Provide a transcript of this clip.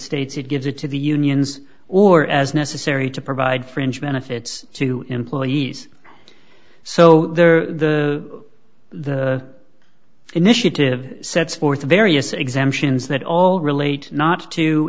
states it gives it to the unions or as necessary to provide fringe benefits to employees so the the initiative sets forth the various exemptions that all relate not to